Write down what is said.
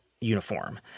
uniform